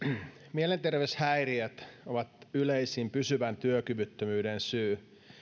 mielenterveyshäiriöt ovat yleisin pysyvän työkyvyttömyyden syy